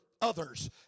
others